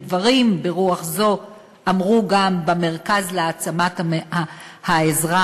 ודברים ברוח זו אמרו גם במרכז להעצמת האזרח.